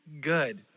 good